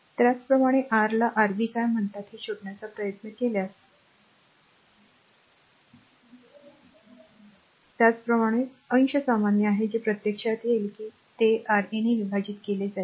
त्याचप्रमाणे R ला Rb काय म्हणतात ते शोधण्याचा प्रयत्न केल्यास त्याचप्रमाणे अंश सामान्य आहे जे प्रत्यक्षात येईल ते r a ने विभाजित केले जाईल